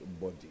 body